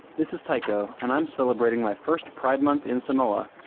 this is tyko. and i'm celebrating my first pride month in samoa,